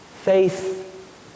Faith